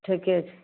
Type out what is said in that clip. ठीके छै